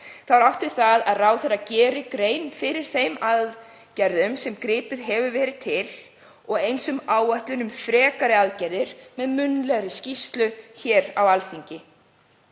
er átt við að ráðherra geri grein fyrir þeim aðgerðum sem gripið hefur verið til og eins áætlun um frekari aðgerðir með munnlegri skýrslu hér á Alþingi.